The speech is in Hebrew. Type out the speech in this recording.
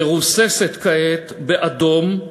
מרוססת כעת באדום,